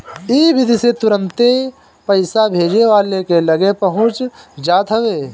इ विधि से तुरंते पईसा भेजे वाला के लगे पहुंच जात हवे